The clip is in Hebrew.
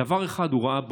דבר אחד הוא ראה בה,